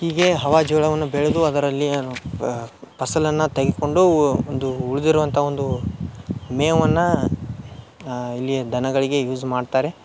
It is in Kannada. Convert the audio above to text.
ಹೀಗೆ ಹವಾ ಜೋಳವನ್ನು ಬೆಳೆದು ಅದರಲ್ಲಿ ಫಸಲನ್ನು ತೆಗೆದುಕೊಂಡು ಒಂದು ಉಳಿದಿರುವಂಥ ಒಂದು ಮೇವನ್ನು ಇಲ್ಲಿಯ ದನಗಳಿಗೆ ಯೂಸ್ ಮಾಡ್ತಾರೆ